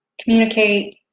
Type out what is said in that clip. communicate